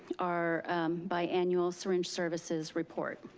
our biannual syringe services report.